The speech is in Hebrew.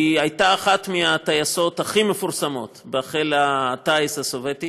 היא הייתה אחת מהטייסות הכי מפורסמות בחיל הטיס הסובייטי,